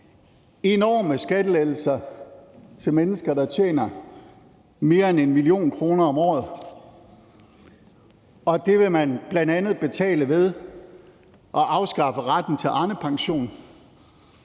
enorme skattelettelser til mennesker, der tjener mere end 1 mio. kr. om året, og det vil man bl.a. betale ved at afskaffe retten til Arnepension.